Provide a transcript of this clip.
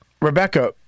Rebecca